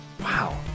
Wow